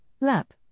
lap